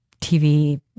TV